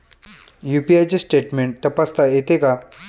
UPI चे statement तपासता येते का?